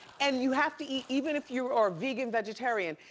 and you have to eat, even if you are vegan, vegetarian.